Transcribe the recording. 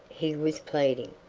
he was pleading,